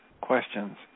questions